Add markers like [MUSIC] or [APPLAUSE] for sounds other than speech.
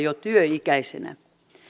[UNINTELLIGIBLE] jo työikäisenä